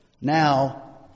Now